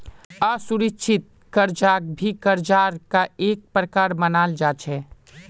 असुरिक्षित कर्जाक भी कर्जार का एक प्रकार मनाल जा छे